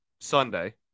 Sunday